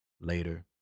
later